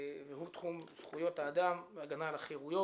והוא תחום זכויות האדם והגנה על החרויות,